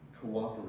cooperate